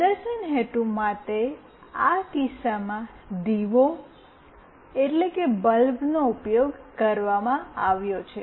પ્રદર્શન હેતુ માટે આ કિસ્સામાં દીવો બલ્બ નો ઉપયોગ કરવામાં આવે છે